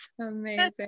amazing